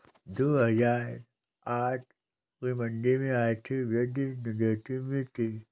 दो हजार आठ की मंदी में आर्थिक वृद्धि नेगेटिव में थी